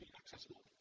accessible